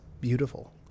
beautiful